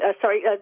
sorry